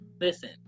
Listen